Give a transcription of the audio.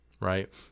right